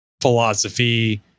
philosophy